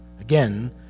Again